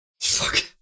Fuck